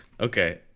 Okay